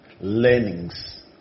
learnings